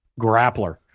grappler